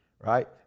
right